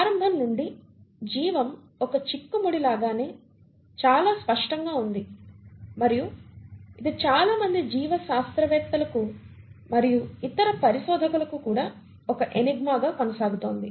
ప్రారంభం నుండి జీవం ఒక చిక్కుముడి లాగానే చాలా స్పష్టంగా ఉంది మరియు ఇది చాలా మంది జీవశాస్త్రవేత్తలకు మరియు ఇతర పరిశోధకులకు కూడా ఒక ఎనిగ్మాగా కొనసాగుతోంది